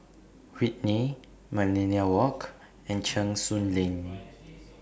Whitley Millenia Walk and Cheng Soon Lane